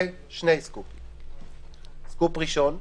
סקופ ראשון,